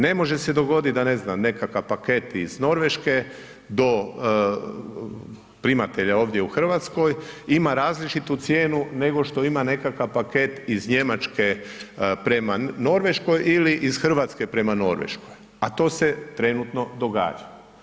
Ne može se dogoditi da ne znam nekakav paket iz Norveške do primatelja ovdje u Hrvatskoj ima različitu cijenu nego što ima nekakav paket iz Njemačke prema Norveškoj ili iz Hrvatske prema Norveškoj, a to se trenutno događa.